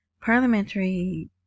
Parliamentary